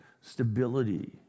stability